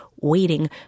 waiting